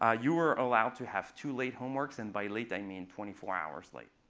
ah you are allowed to have two late homeworks. and by late, i mean twenty four hours late.